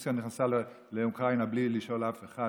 רוסיה נכנסה לאוקראינה בלי לשאול אף אחד,